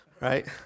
Right